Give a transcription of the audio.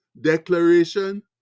declaration